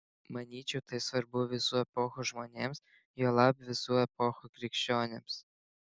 manyčiau tai svarbu visų epochų žmonėms juolab visų epochų krikščionims